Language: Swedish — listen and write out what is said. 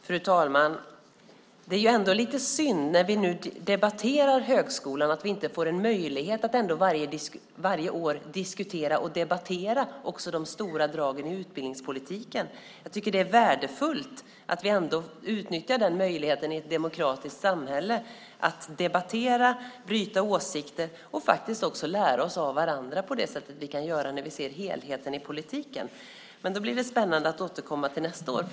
Fru talman! Det är ändå lite synd när vi ändå debatterar högskolan att vi inte varje år får en möjlighet att diskutera och debattera de stora dragen i utbildningspolitiken. Det vore värdefullt att ändå utnyttja den möjligheten i ett demokratiskt samhälle att debattera, bryta åsikter och faktiskt också lära oss av varandra på det sätt vi kan göra när vi ser helheten i politiken. Det vore spännande att återkomma till nästa år.